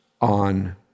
on